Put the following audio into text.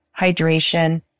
hydration